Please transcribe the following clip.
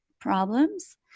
Problems